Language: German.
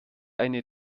eine